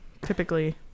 typically